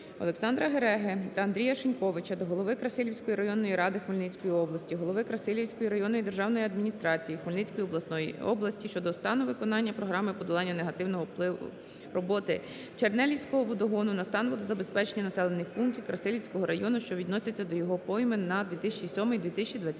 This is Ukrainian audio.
Олександра Гереги та Андрія Шиньковича до голови Красилівської районної ради Хмельницької області, голови Красилівської районної державної адміністрації Хмельницької області щодо стану виконання "Програми подолання негативного впливу роботи Чернелівського водогону на стан водозабезпечення населених пунктів Красилівського району, що відносяться до його пойми, на 2007-2020